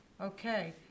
Okay